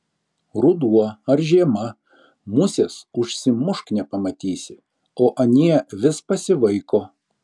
ruduo ar žiema musės užsimušk nepamatysi o anie vis pasivaiko